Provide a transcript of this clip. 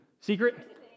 Secret